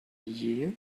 year